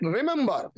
Remember